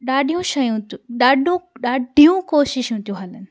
ॾाढियूं शयूं ॾाढ ॾाढियूं कोशिशूं थियूं हलनि